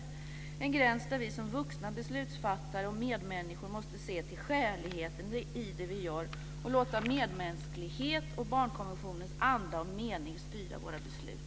Det är en gräns där vi som vuxna beslutsfattare och medmänniskor måste se till skäligheten i det vi gör och låta medmänsklighet och barnkonventionens anda och mening styra våra beslut.